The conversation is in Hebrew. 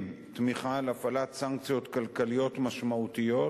תמיכה להפעלת סנקציות כלכליות משמעותיות